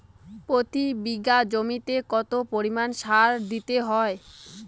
প্রতি বিঘা জমিতে কত পরিমাণ সার দিতে হয়?